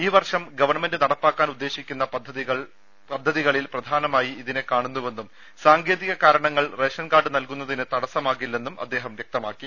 ഈ വർഷം ഗവൺമെന്റ് നടപ്പാക്കാൻ ഉദ്ദേശിക്കുന്ന പദ്ധതികളിൽ പ്രധാനമായി ഇതിനെ കാണുന്നുവെന്നും സാങ്കേതിക കാരണങ്ങൾ റേഷൻ കാർഡ് നൽകുന്നതിന് തടസ്സമാകില്ലെന്നും അദ്ദേഹം പറഞ്ഞു